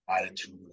attitude